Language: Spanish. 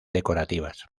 decorativas